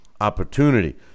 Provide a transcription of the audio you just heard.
opportunity